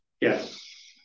Yes